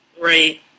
Right